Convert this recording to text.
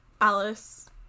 Alice